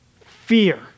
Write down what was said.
Fear